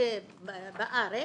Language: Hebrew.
בארץ,